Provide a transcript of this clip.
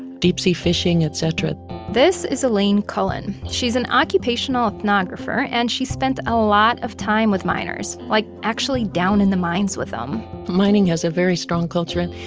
deep-sea fishing, et cetera this is elaine cullen. she's an occupation ah ethnographer and she spent a lot of time with miners, like actually down in the mines with them mining has a very strong culture.